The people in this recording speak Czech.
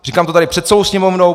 Říkám to tady před celou Sněmovnou.